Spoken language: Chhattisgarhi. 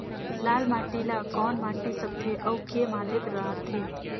लाल माटी ला कौन माटी सकथे अउ के माधेक राथे?